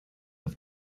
auf